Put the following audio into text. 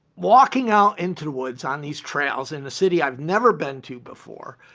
walking out into the woods on these trails in a city i've never been to before.